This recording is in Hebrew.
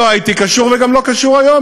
לא הייתי קשור וגם לא קשור כיום.